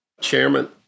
Chairman